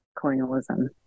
colonialism